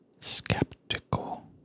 Skeptical